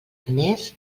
agnés